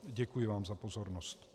Děkuji vám za pozornost.